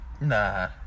Nah